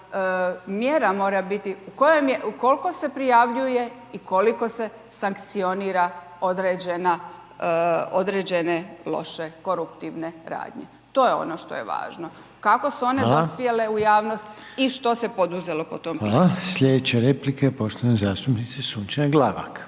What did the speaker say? mjera mora biti koliko se prijavljuje i koliko se sankcioniraju određene loše koruptivne radnje. To je ono što je važno. Kako su one dospjele u javnost i što se poduzelo po tom pitanju. **Reiner, Željko (HDZ)** Hvala. Sljedeća replika je poštovane zastupnice Sunčane Glavak.